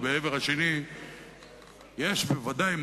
אז אריה הבטיח לכם